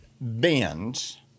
bends